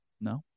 No